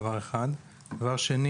זה דבר אחד; דבר שני,